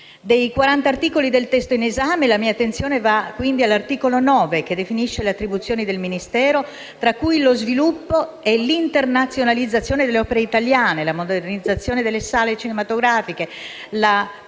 Dei 40 articoli del testo in esame, la mia attenzione va all'articolo 9, che definisce le attribuzioni del Ministero, tra cui lo sviluppo e l'internazionalizzazione delle opere italiane, la modernizzazione delle sale cinematografiche, la